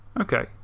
Okay